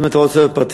אם אתה רוצה עוד פרטים,